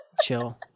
Chill